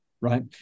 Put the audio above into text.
right